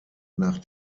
nach